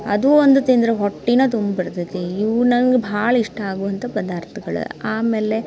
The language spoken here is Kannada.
ಅದು ಒಂದು ತಿಂದ್ರೆ ಹೊಟ್ಟೆಯೆ ತುಂಬಿ ಬಿಡ್ತದೆ ಇವು ನಂಗೆ ಭಾಳ ಇಷ್ಟ ಆಗುವಂಥ ಪದಾರ್ಥಗಳು ಆಮೇಲೆ